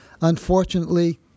unfortunately